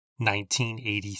1983